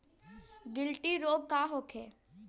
गिलटी रोग का होखे?